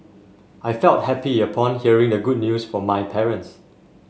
I felt happy upon hearing the good news from my parents